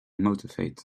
motivate